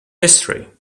history